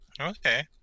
Okay